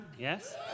Yes